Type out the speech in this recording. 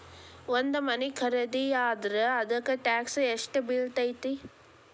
ಒಂದ್ ಮನಿ ಖರಿದಿಯಾದ್ರ ಅದಕ್ಕ ಟ್ಯಾಕ್ಸ್ ಯೆಷ್ಟ್ ಬಿಳ್ತೆತಿ?